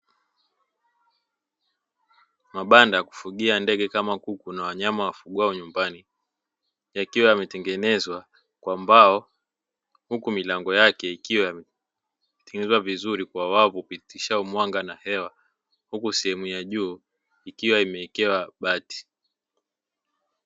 Mabanda ya kufugia ndege kama kuku na wanyama wafungua nyumbani yakiwa yametengenezwa kwa mbao, huku milango yake ikiwa ya kutengeneza vizuri kwa wabu pitisha mwanga na hewa huku sehemu ya juu ikiwa imeekewa bati